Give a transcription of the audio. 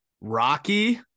Rocky